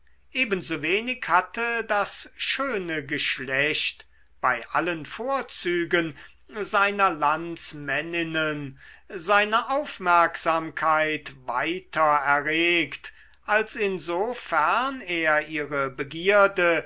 ebensowenig hatte das schöne geschlecht bei allen vorzügen seiner landsmänninnen seine aufmerksamkeit weiter erregt als insofern er ihre begierde